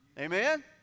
Amen